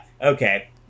Okay